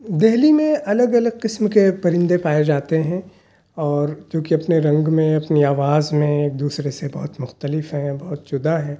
دہلی میں الگ الگ قسم کے پرندے پائے جاتے ہیں اور کیونکہ اپنے رنگ میں اپنی آواز میں دوسرے سے بہت مختلف ہیں بہت جدا ہیں